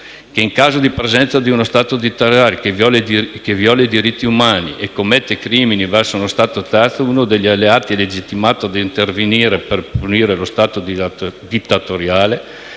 che, in caso di presenza di uno Stato dittatoriale che viola i diritti umani e commette crimini verso uno Stato terzo, uno degli alleati è legittimato a intervenire per punire lo Stato dittatoriale,